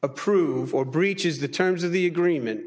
approve or breaches the terms of the agreement